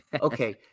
Okay